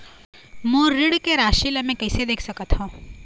मोर ऋण के राशि ला म कैसे देख सकत हव?